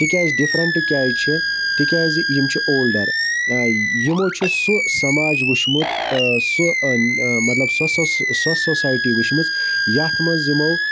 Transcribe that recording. تِکیازِ ڈِفرَنٹ کیازِ چھِ تِکیازِ یِم چھِ اولڈَر یِمو چھُ سُہ سَماج وُچھمُت مطلب سۄ سۄ سوسایٹی وٕچھمٕژ یتھ مَنٛز یِمو